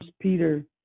Peter